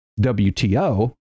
WTO